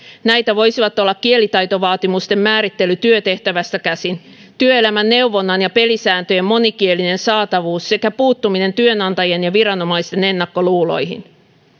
näitä voisivat olla kielitaitovaatimusten määrittely työtehtävästä käsin työelämän neuvonnan ja pelisääntöjen monikielinen saatavuus sekä puuttuminen työnantajien ja viranomaisten ennakkoluuloihin